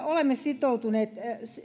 olemme sitoutuneet